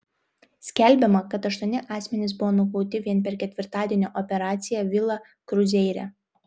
skelbiama kad aštuoni asmenys buvo nukauti vien per ketvirtadienio operaciją vila kruzeire